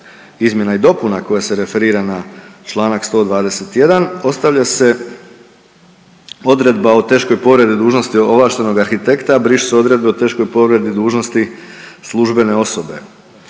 izmjena i dopuna koje se referira na Članak 121. ostavlja se odredba o teškoj povredi dužnosti ovlaštenog arhitekta, a brišu se odredbe o teškoj povredi dužnosti službene osobe.